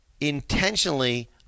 intentionally